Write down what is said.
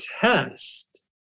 test